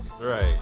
Right